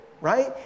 Right